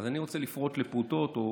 אז אני רוצה לפרוט לפרוטות או